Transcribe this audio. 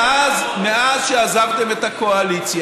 אני סומך על חוות הדעת של החמאס,